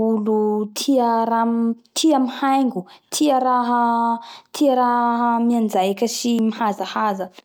olo tia raha tia raha mihaingo tia raha tia raha mianjaika sy mihajahaja.